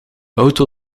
auto